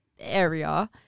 area